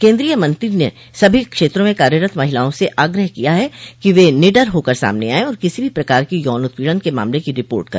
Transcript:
केन्द्रीय मंत्री ने सभी क्षेत्रों में कार्यरत महिलाओं से आग्रह किया है कि वे निडर होकर सामने आयें आर किसी भी प्रकार के यौन उत्पीड़न क मामले की रिपोर्ट कर